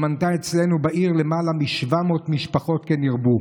שמנתה אצלנו בעיר למעלה מ-700 משפחות, כן ירבו.